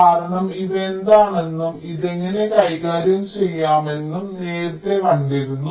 കാരണം ഇവ എന്താണെന്നും ഇത് എങ്ങനെ കൈകാര്യം ചെയ്യാമെന്നും ഞങ്ങൾ നേരത്തെ കണ്ടിരുന്നു